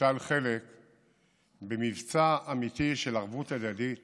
ונטל חלק במבצע אמיתי של ערבות הדדית